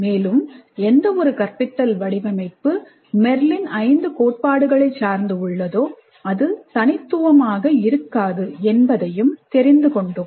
மேலும் எந்த ஒரு கற்பித்தல் வடிவமைப்பு மெர்லின் ஐந்து கோட்பாடுகளைச் சார்ந்து உள்ளதோ அது தனித்துவமாக இருக்காது என்பதையும் தெரிந்து கொண்டோம்